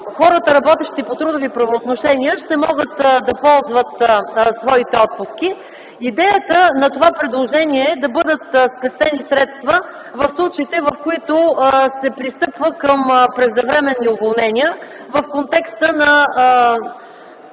хората, работещи по трудови правоотношения, ще могат да ползват своите отпуски. Идеята на това предложение е да бъдат спестени средства в случаите, в които се пристъпва към преждевременни уволнения в контекста на